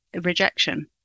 rejection